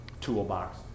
toolbox